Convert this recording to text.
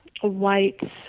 white